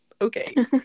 Okay